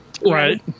Right